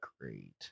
great